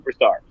superstars